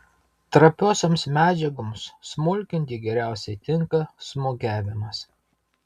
trapiosioms medžiagoms smulkinti geriausiai tinka smūgiavimas